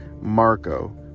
Marco